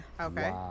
okay